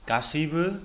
गासैबो